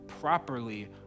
properly